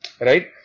Right